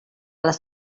les